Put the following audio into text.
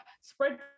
spread